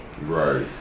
Right